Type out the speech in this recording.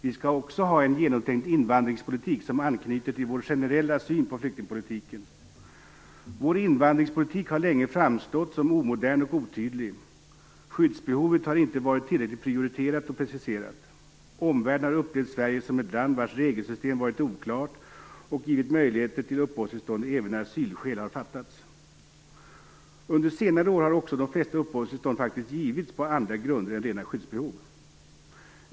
Vi skall också ha en genomtänkt invandringspolitik, som anknyter till vår generella syn på flyktingpolitiken. Vår invandringspolitik har länge framstått som omodern och otydlig. Skyddsbehovet har inte varit tillräckligt prioriterat och preciserat. Omvärlden har upplevt Sverige som ett land vars regelsystem varit oklart och givit möjligheter till uppehållstillstånd även när asylskäl har fattats. Under senare år har också de flesta uppehållstillstånd givits på andra grunder än rena skyddsbehov.